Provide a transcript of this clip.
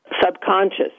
subconscious